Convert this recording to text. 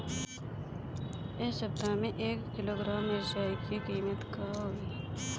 एह सप्ताह मे एक किलोग्राम मिरचाई के किमत का होई?